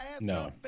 No